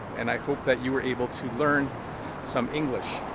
and i hope that you were able to learn some english.